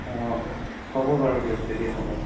অঁ হ'ব বাৰু দিয়ক তেতিয়াহ'লে